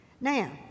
Now